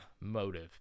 motive